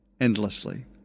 endlessly